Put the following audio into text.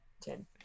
Ten